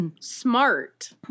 smart